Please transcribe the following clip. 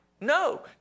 No